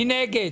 מי נגד,